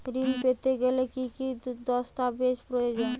ঋণ পেতে গেলে কি কি দস্তাবেজ প্রয়োজন?